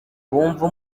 bumva